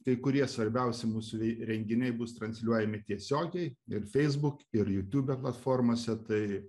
kai kurie svarbiausi mūsų vei renginiai bus transliuojami tiesiogiai ir facebook ir youtube platformose tai